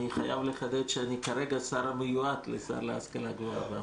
חייב לחדד שכרגע אני השר המיועד להשכלה גבוהה.